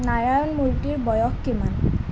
নাৰায়ণ মূৰ্তিৰ বয়স কিমান